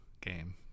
game